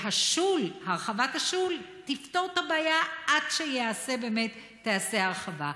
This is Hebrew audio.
הרחבת השול תפתור את הבעיה עד שבאמת תיעשה ההרחבה.